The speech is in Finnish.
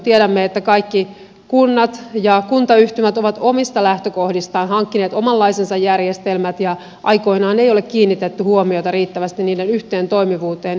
tiedämme että kaikki kunnat ja kuntayhtymät ovat omista lähtökohdistaan hankkineet omanlaisensa järjestelmät ja aikoinaan ei ole kiinnitetty huomiota riittävästi niiden yhteentoimivuuteen